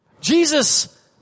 Jesus